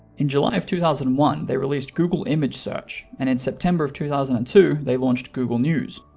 in july of two thousand and one they released google image search and in september of two thousand and two they launched google news